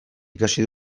ikasi